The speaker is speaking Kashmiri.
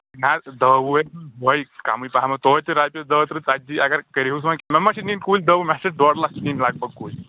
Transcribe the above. نہ حظ دہ وُہ ہَے وُہَے کَمٕے پَہمَتھ توتہِ رۄپیہِ دہ تٕرٛہ ژتجی اگر کٔرۍ وُس وۄنۍ مےٚ مہ چھِ نِنۍ کُلۍ دہ وُہ مےٚ چھِ ڈۄڑ لَچھ نِنۍ لگ بگ کُلۍ